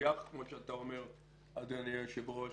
כמו שאתה אומר אדוני היושב-ראש,